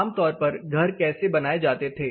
आमतौर पर घर कैसे बनाए जाते थे